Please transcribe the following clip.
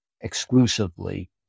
exclusively